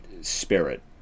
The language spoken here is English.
spirit